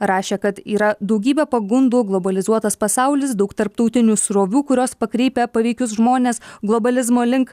rašė kad yra daugybė pagundų globalizuotas pasaulis daug tarptautinių srovių kurios pakreipia paveikius žmones globalizmo link